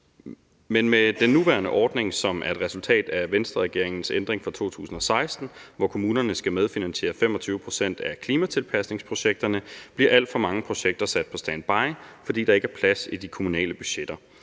Men med den nuværende ordning, som er et resultat af Venstreregeringens ændring i 2016, hvorefter kommunerne skal medfinansiere 25 pct. af klimatilpasningsprojekterne, bliver alt for mange projekter sat på standby, fordi der ikke er plads i de kommunale budgetter.